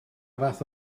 fath